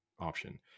option